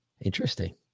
Interesting